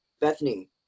Bethany